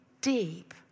deep